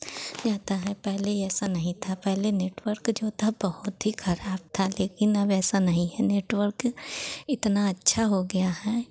जाता है पहले ये ऐसा नहीं था पहले नेटवर्क जो था बहुत ही खराब था लेकिन अब ऐसा नहीं है नेटवर्क इतना अच्छा हो गया है